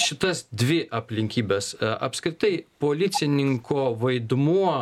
šitas dvi aplinkybes apskritai policininko vaidmuo